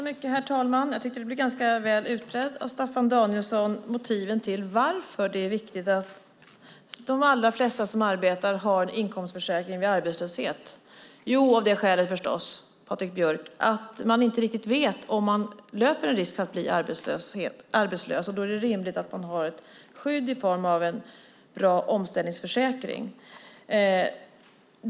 Herr talman! Jag tyckte att motiven för att det är viktigt att de allra flesta som arbetar har en inkomstförsäkring vid arbetslöshet blev ganska väl utredda av Staffan Danielsson. Skälet är förstås, Patrik Björck, att man inte riktigt vet om man löper en risk för att bli arbetslös, och då är det rimligt att man har ett skydd i form av en bra omställningsförsäkring.